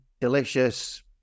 delicious